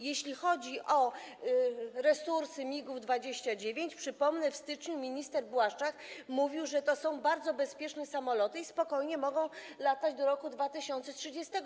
Jeśli chodzi o resursy samolotów MiG-29, przypomnę, że w styczniu minister Błaszczak mówił, że to są bardzo bezpieczne samoloty i spokojnie mogą latać do roku 2030.